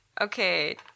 Okay